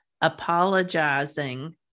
apologizing